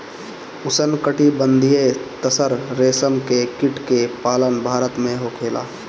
उष्णकटिबंधीय तसर रेशम के कीट के पालन भारत में होखेला